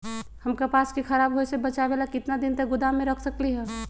हम कपास के खराब होए से बचाबे ला कितना दिन तक गोदाम में रख सकली ह?